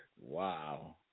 wow